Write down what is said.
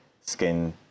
skin